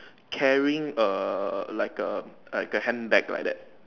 carrying a like a like a hand bag like that